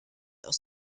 aus